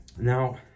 Now